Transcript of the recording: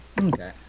Okay